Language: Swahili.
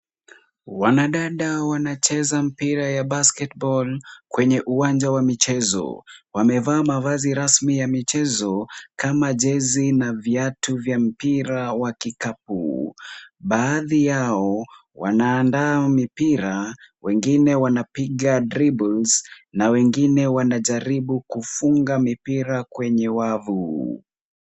Wanadada wanacheza mpira ya basket ball kwenye uwanja wa michezo. Wamevaa mavazi rasmi ya michezo kama jezi na viatu vya mpira wa kikapu. Baadhi yao wanaanda mipira, wengine wanapiga dribbles na wengine wanajaribu kufunga mipira kwenye wavu.